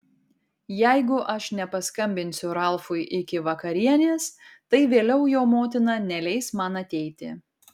jeigu aš nepaskambinsiu ralfui iki vakarienės tai vėliau jo motina neleis man ateiti